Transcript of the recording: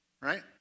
right